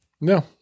No